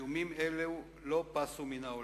איומים אלה לא פסו מן העולם.